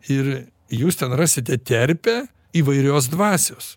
ir jūs ten rasite terpę įvairios dvasios